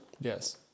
Yes